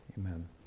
Amen